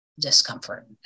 discomfort